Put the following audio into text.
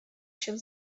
się